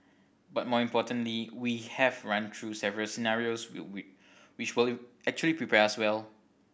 but more importantly we have run through several scenarios which will actually prepare us well